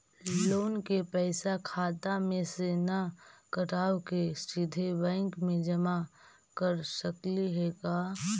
Loan के पैसा खाता मे से न कटवा के सिधे बैंक में जमा कर सकली हे का?